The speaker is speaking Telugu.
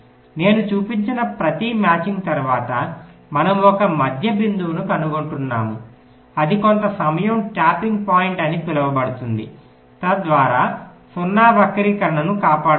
నేను చూపించిన ప్రతి మ్యాచింగ్ తరువాత మనము ఒక మధ్య బిందువును కనుగొంటున్నాము ఇది కొంత సమయం ట్యాపింగ్ పాయింట్ అని పిలువబడుతుంది తద్వారా 0 వక్రీకరణను కాపాడుతుంది